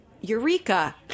eureka